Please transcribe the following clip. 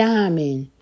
Diamond